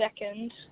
Second